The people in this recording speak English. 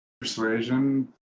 Persuasion